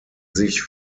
sich